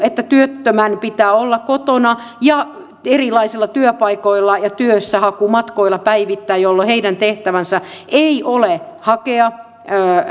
että työttömän pitää olla kotona ja erilaisilla työpaikoilla ja työssä hakumatkoilla päivittäin jolloin hänen tehtävänsä ei ole hakea